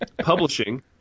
Publishing